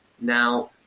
now